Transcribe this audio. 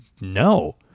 no